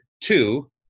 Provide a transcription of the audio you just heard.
two